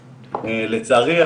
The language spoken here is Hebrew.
לצערי,